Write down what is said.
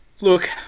Look